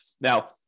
Now